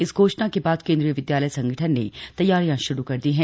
इस घोषणा के बाद केंद्रीय विदयालय संगठन ने तैयारियां शुरू कर दी है